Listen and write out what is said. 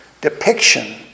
depiction